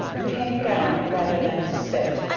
to hang down rather than to spit,